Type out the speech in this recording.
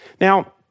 Now